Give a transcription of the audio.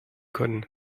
können